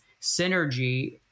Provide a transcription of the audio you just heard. synergy